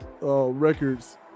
Records